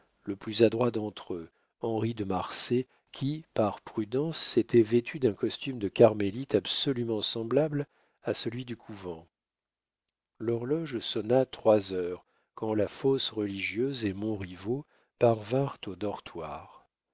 le plus adroit d'entre eux henri de marsay qui par prudence s'était vêtu d'un costume de carmélite absolument semblable à celui du couvent l'horloge sonna trois heures quand la fausse religieuse et montriveau parvinrent au dortoir